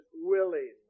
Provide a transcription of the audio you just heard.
willing